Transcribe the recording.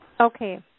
Okay